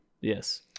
Yes